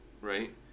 Right